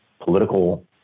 political